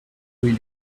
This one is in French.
rue